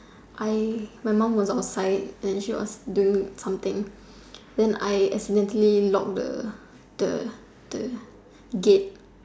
I my mum was outside and she was doing something and I accidentally lock the the the gate